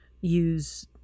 use